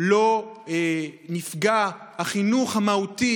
לא נפגע החינוך המהותי,